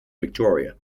victoria